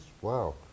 Wow